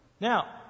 Now